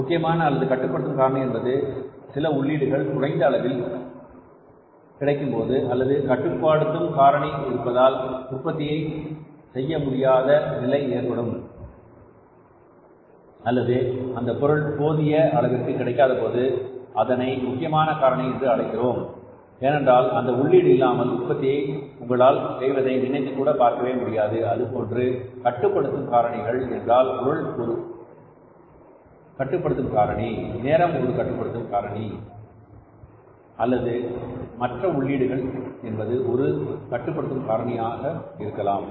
முக்கியமான அல்லது கட்டுப்படுத்தும் காரணி என்பது சில உள்ளீடுகள் குறைந்த அளவில் கிடைக்கும் போது அல்லது அந்த கட்டுப்படுத்தும் காரணி இருப்பதால் உற்பத்தியை செய்யமுடியாத நிலை ஏற்படும்போது அல்லது அந்த பொருள் போதிய அளவிற்கு கிடைக்காதபோது அதனை முக்கியமான காரணி என்று அழைக்கிறோம் ஏனென்றால் அந்த உள்ளீடு இல்லாமல் உற்பத்தியை உங்களால் செய்வதை நினைத்துக்கூட பார்க்க முடியாது அதுபோன்ற கட்டுப்படுத்தும் காரணிகள் என்றால் பொருள் ஒரு கட்டுப்படுத்தும் காரணி நேரம் ஒரு கட்டுப்படுத்தும் காரணியாக இருக்கலாம் அல்லது மற்ற உள்ளீடுகள் என்பது ஒரு கட்டுப்படுத்தும் காரணியாக இருக்கலாம்